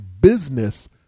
business